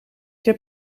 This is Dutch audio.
heb